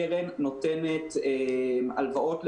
הקרן נותנת הלוואות,